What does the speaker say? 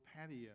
patio